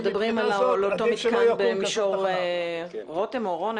אתם מדברים על אותו מתקן במישור רותם או אורון?